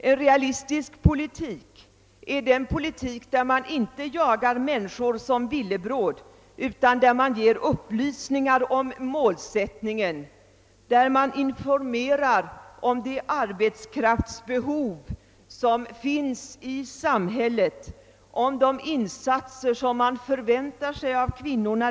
En realistisk politik är att inte jaga människor som villebråd, utan ge upplysningar om målsättningen, informera om de arbetskraftsbehov som finns i samhället, om de insatser som man där förväntar sig av kvinnorna.